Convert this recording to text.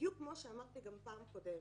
בדיוק כמו שאמרתי גם בפעם הקודמת.